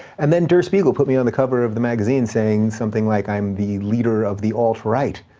and then der spiegel put me on the cover of the magazine saying something like i'm the leader of the alt-right,